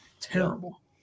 terrible